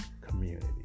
community